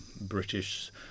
British